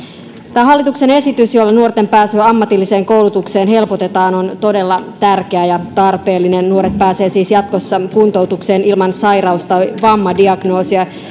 tämä hallituksen esitys jolla nuorten pääsyä ammatilliseen koulutukseen helpotetaan on todella tärkeä ja tarpeellinen nuoret pääsevät siis jatkossa kuntoutukseen ilman sairaus tai vammadiagnoosia